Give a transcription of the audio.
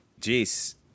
Jeez